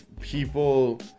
people